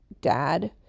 dad